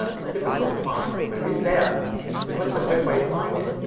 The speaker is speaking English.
but it's difficult to find but it is there. so what's the quick way to find it?